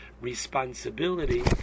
responsibility